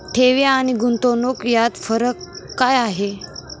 ठेवी आणि गुंतवणूक यात फरक काय आहे?